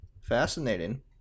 Fascinating